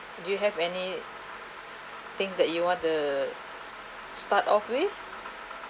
do you have any things that you want to start off with